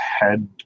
head